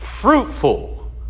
fruitful